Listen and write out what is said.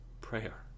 prayer